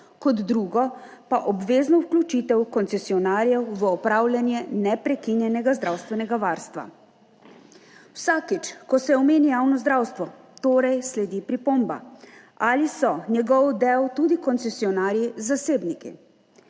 kot drugo pa obvezno vključitev koncesionarjev v opravljanje neprekinjenega zdravstvenega varstva. Vsakič, ko se omeni javno zdravstvo, torej sledi pripomba, ali so njegov del tudi koncesionarji zasebniki.